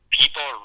people